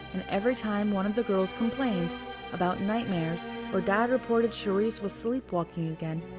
and every time one of the girls complained about nightmares or dad reported charisse was sleepwalking again,